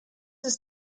ist